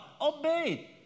Obey